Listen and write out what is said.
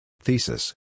thesis